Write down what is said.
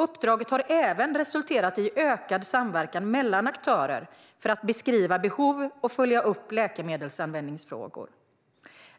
Uppdraget har även resulterat i ökad samverkan mellan aktörer för att beskriva behov och följa upp läkemedelsanvändningsfrågor.